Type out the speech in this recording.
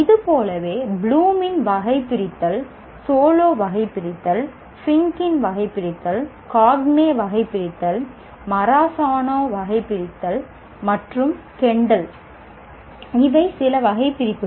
இது போலவே ப்ளூமின் வகைபிரித்தல் சோலோ வகைபிரித்தல் ஃபிங்கின் வகைபிரித்தல் காக்னே வகைபிரித்தல் மராசானோ மற்றும் கெண்டல் இவை சில வகைபிரிப்புகள்